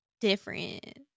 different